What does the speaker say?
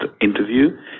interview